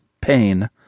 pain